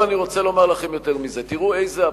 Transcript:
עכשיו אני רוצה לומר לכם יותר מזה: תראו איזה אבסורד.